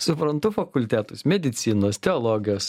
suprantu fakultetus medicinos teologijos